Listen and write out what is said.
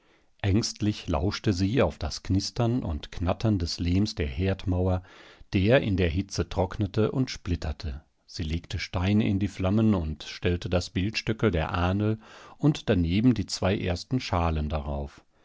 ängstlich lauschte sie auf das knistern und knattern des lehms der herdmauer der in der hitze trocknete und splitterte sie legte steine in die flammen und stellte das bildstöckl der ahnl und daneben die zwei ersten schalen darauf